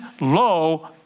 lo